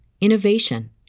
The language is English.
innovation